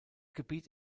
gebiet